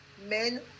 Men